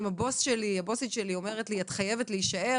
אם הבוסית שלי אומרת לי: את חייבת להישאר,